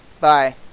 bye